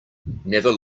never